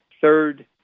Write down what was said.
Third